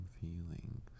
feelings